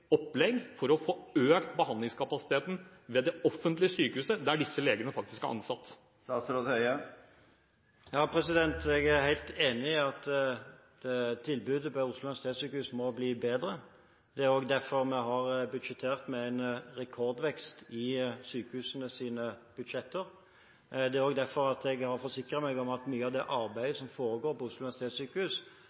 opplegg for å få økt behandlingskapasiteten ved det offentlige sykehuset der disse legene faktisk er ansatt? Jeg er helt enig i at tilbudet ved Oslo universitetssykehus må bli bedre. Det er derfor vi har budsjettert med en rekordvekst i sykehusenes budsjetter. Det er også derfor jeg har forsikret meg om at mye av det arbeidet som foregår på Oslo universitetssykehus